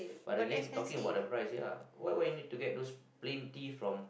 but again talking about the price ya why why you need to get those plain T from